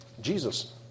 Jesus